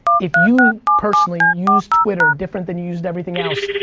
if you personally use twitter different than you used everything else,